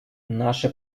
наши